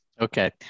Okay